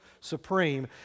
supreme